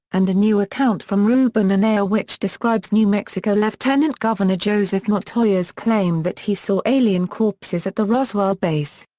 and a new account from ruben and anaya which describes new mexico lieutenant governor joseph montoya's claim that he saw alien corpses at the roswell base.